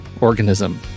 organism